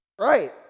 right